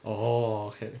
orh hor